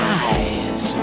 eyes